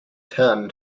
turn